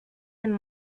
and